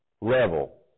level